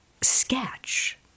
sketch